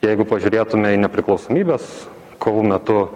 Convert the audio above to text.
jeigu pažiūrėtume į nepriklausomybės kovų metu